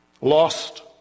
Lost